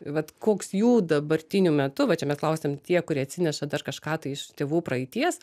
vat koks jų dabartiniu metu va čia mes klausėm tie kurie atsineša dar kažką tai iš tėvų praeities